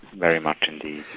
very much indeed.